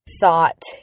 thought